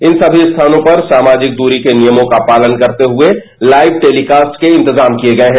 इन सभी स्थानों पर सामाजिक दूरी के नियमों का पालन करते हुए लाइव टेलीकास्ट के इंतजाम किये गाय है